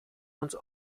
uns